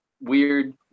weird